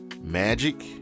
Magic